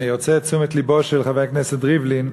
אני רוצה את תשומת לבו של חבר הכנסת ריבלין,